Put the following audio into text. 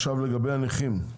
לגבי הנכים,